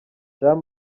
jean